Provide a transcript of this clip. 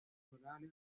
naturales